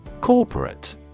Corporate